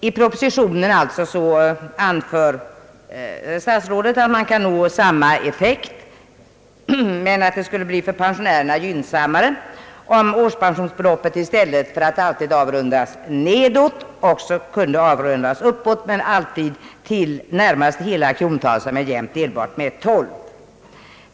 I propositionen anför statsrådet att man kan nå samma effekt på ett för pensionärerna gynnsammare sätt, om årspensionsbeloppet i stället för att alltid avrundas nedåt också kunde avrundas uppåt, men alltid till närmaste hela krontal som är jämnt delbart med 12.